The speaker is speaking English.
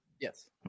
yes